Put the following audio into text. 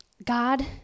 God